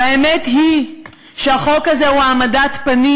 והאמת היא שהחוק הזה הוא העמדת פנים.